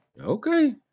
Okay